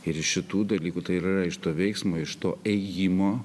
ir šitų dalykų tai ir yra iš to veiksmo iš to ėjimo